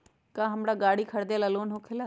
का हमरा गारी खरीदेला लोन होकेला?